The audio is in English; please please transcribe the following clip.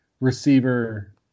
receiver